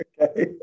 Okay